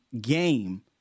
game